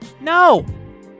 no